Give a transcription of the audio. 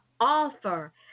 offer